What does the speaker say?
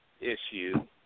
issue